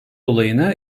olayını